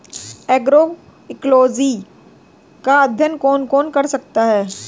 Agroecology का अध्ययन कौन कौन कर सकता है?